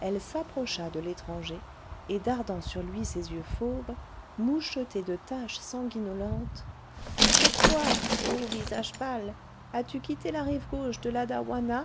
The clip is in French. elle s'approcha de l'étranger et dardant sur lui ses yeux fauves mouchetés de taches sanguinolentes pourquoi ô visage pâle as-tu quitté la rive gauche de ladauanna